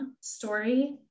story